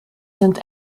sind